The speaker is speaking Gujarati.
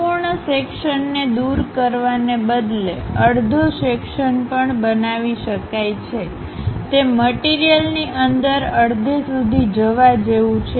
સંપૂર્ણ સેક્શનને દૂર કરવાને બદલે અડધો સેક્શનપણ બનાવી શકાય છેતે મટીરીયલની અંદર અડધે સુધી જવા જેવું છે